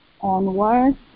onwards